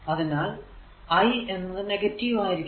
അതിനാൽ I എന്നത് negative ആയിരിക്കണം